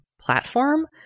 platform